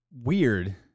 weird